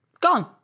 gone